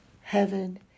heaven